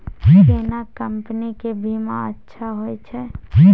केना कंपनी के बीमा अच्छा होय छै?